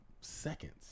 seconds